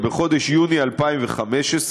ובחודש יוני 2015,